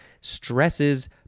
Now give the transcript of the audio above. stresses